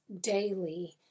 daily